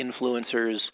influencers